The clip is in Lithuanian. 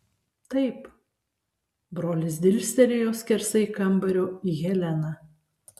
taip brolis dirstelėjo skersai kambario į heleną